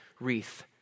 wreath